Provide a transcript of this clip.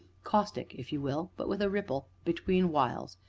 caustic, if you will, but with a ripple, between whiles,